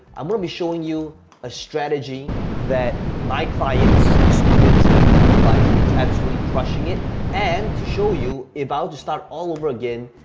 i'm gonna be showing you a strategy that my clients and students have been utilizing. it's absolutely crushing it and to show you about to start all over again,